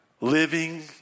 living